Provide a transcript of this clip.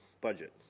budget